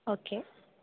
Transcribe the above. okay